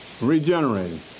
regenerating